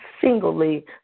singly